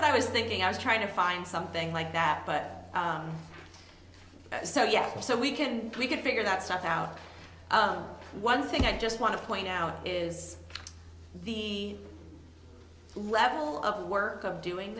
what i was thinking i was trying to find something like that but so yes so we can we can figure that stuff out one thing i just want to point out is the level of work of doing